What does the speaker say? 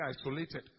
isolated